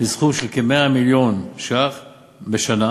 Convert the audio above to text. בסכום של כ-100 מיליון ש"ח בשנה,